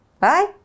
Bye